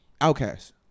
outcast